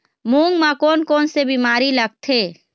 मूंग म कोन कोन से बीमारी लगथे?